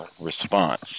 response